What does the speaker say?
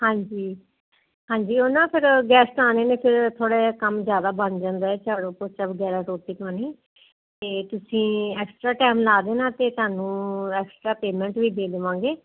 ਹਾਂਜੀ ਹਾਂਜੀ ਉਹਨਾਂ ਫਿਰ ਗੈਸਟ ਆਣੇ ਨੇ ਫਿਰ ਥੋੜਾ ਜਿਹਾ ਕੰਮ ਜਿਆਦਾ ਬਣ ਜਾਂਦਾ ਝਾੜੂ ਪੋਚਾ ਵਗੈਰਾ ਰੋਟੀ ਪਾਣੀ ਤੇ ਤੁਸੀਂ ਐਕਸਟਰਾ ਟਾਈਮ ਲਾ ਦੇਣਾ ਤੇ ਤੁਹਾਨੂੰ ਐਕਸਟਰਾ ਪੇਮੈਂਟ ਵੀ ਦੇ ਦਵਾਂਗੇ